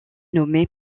nommé